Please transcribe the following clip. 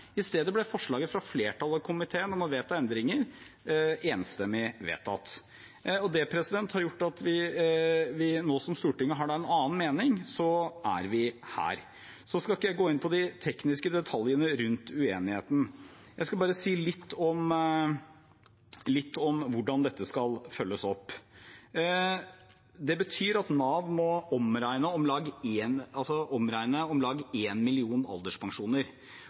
I stedet ble forslaget fra flertallet i komiteen om å vedta endringer enstemmig vedtatt. Det har gjort at nå som Stortinget har en annen mening, så er vi her. Jeg skal ikke gå inn på de tekniske detaljene rundt uenigheten. Jeg skal bare si litt om hvordan dette skal følges opp. Det betyr at Nav må omregne om lag én million alderspensjoner, og Nav anslår at en